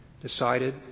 decided